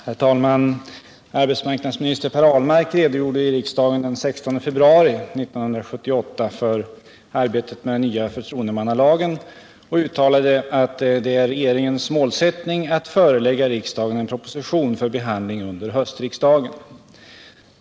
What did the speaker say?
Herr talman! Arbetsmarknadsminister Per Ahlmark redogjorde i riksdagen den 16 februari 1978 för arbetet med den nya förtroendemannalagen och uttalade att det är regeringens målsättning att förelägga riksdagen en proposition för behandling under höstriksdagen.